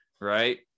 right